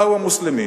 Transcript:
באו המוסלמים,